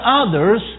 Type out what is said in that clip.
others